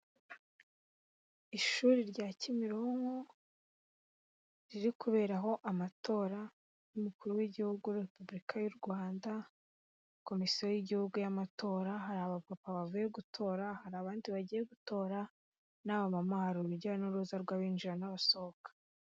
Ishuri rya Kimironko ririkuberaho amatora y'Umukuru w'Igihugu, Repubulika y'u Rwanda, komisiyo y'Igihugu y'amatora. Hari abapapa bavuye gutora. Hari abandi bagiye gutora n'abamama. Hari urujya n'uruza rw'abinjira n'abasohoka.